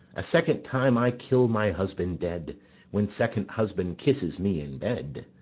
a second time i kill my husband dead when second husband kisses me in bed.